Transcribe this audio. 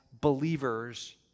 believers